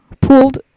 pulled